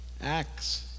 Acts